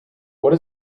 what